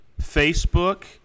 Facebook